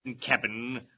cabin